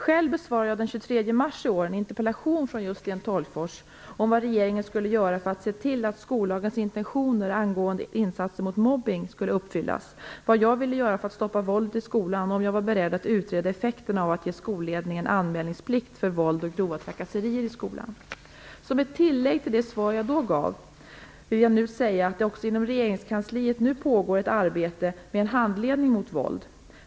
Själv besvarade jag den 23 mars i år en interpellation från Sten Tolgfors om vad regeringen skulle göra för att se till att skollagens intentioner angående insatser mot mobbning skulle uppfyllas, vad jag ville göra för att stoppa våldet i skolan och om jag var beredd att utreda effekterna av att ge skolledningen anmälningsplikt för våld och grova trakasserier i skolan. Som ett tillägg till det svar som jag då gav vill jag säga att det inom regeringskansliet nu pågår ett arbete med en handledning mot våld.